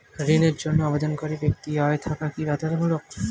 ঋণের জন্য আবেদনকারী ব্যক্তি আয় থাকা কি বাধ্যতামূলক?